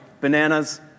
Bananas